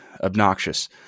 obnoxious